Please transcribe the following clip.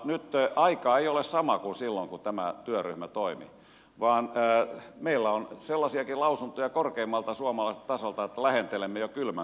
nyt aika ei ole sama kuin silloin kun tämä työryhmä toimi vaan meillä on sellaisiakin lausuntoja korkeimmalta suomalaiselta tasolta että lähentelemme jo kylmän sodan tilannetta